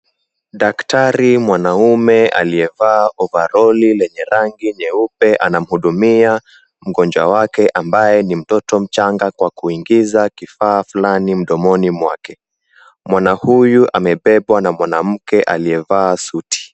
Daktari mwanaume aliyevaa ovaroli le nye rangi, nyeupe anamhudumia mgonjwa wake, ambaye ni mtoto mchanga kwa kuingiza kifa fulani mdomoni mwake. Mwana huyu ambebwa na mwanamke aliyevaa suti.